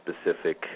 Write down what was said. specific